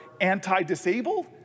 anti-disabled